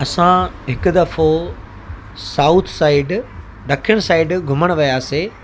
असां हिकु दफ़ो साउथ साइड ॾखण साइड घुमणु वियासीं